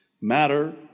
matter